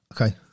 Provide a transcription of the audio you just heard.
Okay